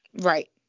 Right